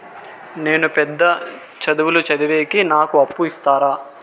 నేను పెద్ద చదువులు చదివేకి నాకు అప్పు ఇస్తారా